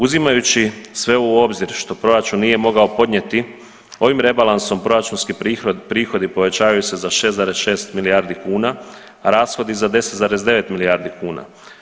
Uzimajući sve ovo u obzir što proračun nije mogao podnijeti, ovim rebalansom proračunski prihodi povećavaju se za 6,6 milijardi kuna a rashodi za 10,9 milijardi kuna.